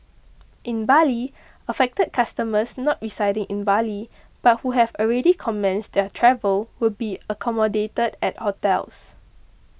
in Bali affected customers not residing in Bali but who have already commenced their travel will be accommodated at hotels